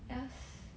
just